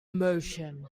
motion